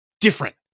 different